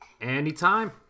Anytime